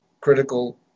critical